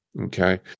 okay